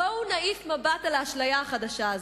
בואו נעיף מבט על האשליה החדשה הזאת.